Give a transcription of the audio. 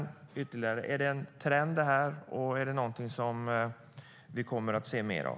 Återigen: Är det här en trend, och är det någonting som vi kommer att se mer av?